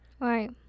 Right